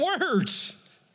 words